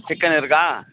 chicken இருக்கா